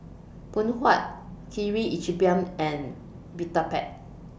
Phoon Huat Kirin Ichiban and Vitapet